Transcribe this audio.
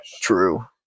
True